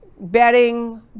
bedding